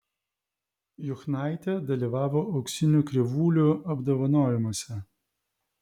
juchnaitė dalyvavo auksinių krivūlių apdovanojimuose